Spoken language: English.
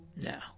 Now